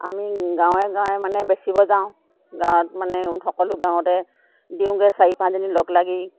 আমি গাঁৱে গাঁৱে মানে বেচিব যাওঁ গাঁৱত মানে সকলো গাঁৱতে দিওঁগৈ চাৰি পাঁচজনী লগ লাগি